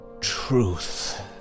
truth